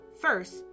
First